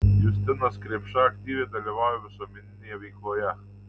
justinas krėpšta aktyviai dalyvauja visuomeninėje veikloje